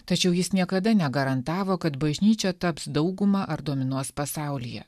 tačiau jis niekada negarantavo kad bažnyčia taps dauguma ar dominuos pasaulyje